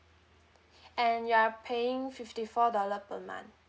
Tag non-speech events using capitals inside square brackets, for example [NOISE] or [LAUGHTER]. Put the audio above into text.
[BREATH] and you are paying fifty four dollar per month